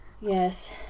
Yes